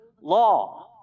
law